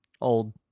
old